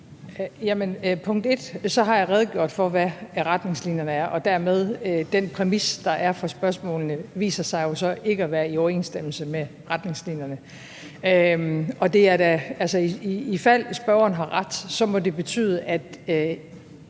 Jamen jeg har redegjort for, hvad retningslinjerne er, og dermed viser den præmis, der er for spørgsmålene, sig så ikke at være i overensstemmelse med retningslinjerne. I fald spørgeren har ret, må det betyde, at